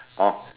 orh